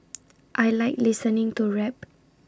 I Like listening to rap